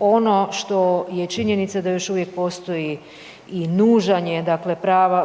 ono što je činjenica da još uvijek postoji i nužan je